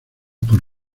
por